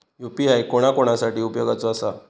UPI कोणा कोणा साठी उपयोगाचा आसा?